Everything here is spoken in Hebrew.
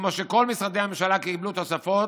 וכמו שכל משרדי הממשלה קיבלו תוספות,